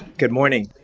good morning.